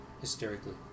hysterically